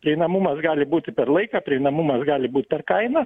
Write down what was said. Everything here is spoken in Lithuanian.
prieinamumas gali būti per laiką prieinamumas gali būt per kainą